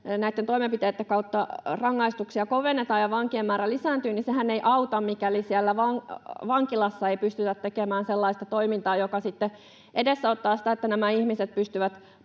näitten toimenpiteitten kautta rangaistuksia kovennetaan ja vankien määrä lisääntyy — että sehän ei auta, mikäli siellä vankilassa ei pystytä tekemään sellaista toimintaa, joka sitten edesauttaa sitä, että näillä ihmisillä